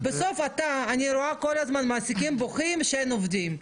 בסוף אני רואה כל הזמן מעסיקים בוכים שאין עובדים.